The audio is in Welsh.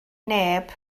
neb